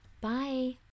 Bye